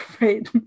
right